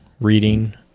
reading